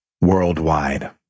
worldwide